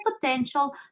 potential